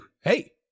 hey